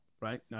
right